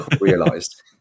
realised